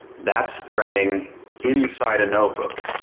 that's threading inside a notebook.